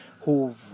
who've